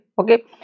Okay